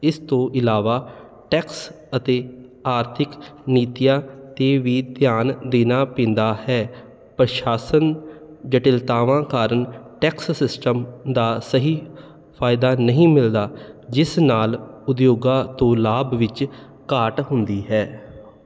ਇਸ ਤੋਂ ਇਲਾਵਾ ਟੈਕਸ ਅਤੇ ਆਰਥਿਕ ਨੀਤੀਆਂ 'ਤੇ ਵੀ ਧਿਆਨ ਦੇਣਾ ਪੈਂਦਾ ਹੈ ਪ੍ਰਸ਼ਾਸਨ ਜਟਿਲਤਾਵਾਂ ਕਾਰਨ ਟੈਕਸ ਸਿਸਟਮ ਦਾ ਸਹੀ ਫਾਇਦਾ ਨਹੀਂ ਮਿਲਦਾ ਜਿਸ ਨਾਲ ਉਦਯੋਗਾਂ ਤੋਂ ਲਾਭ ਵਿੱਚ ਘਾਟ ਹੁੰਦੀ ਹੈ